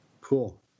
Cool